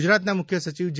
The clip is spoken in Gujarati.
ગુજરાતના મુખ્ય સચિવ જે